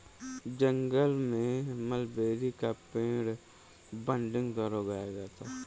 जंगल में मलबेरी का पेड़ बडिंग द्वारा उगाया गया है